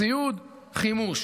ציוד, חימוש,